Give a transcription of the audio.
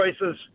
choices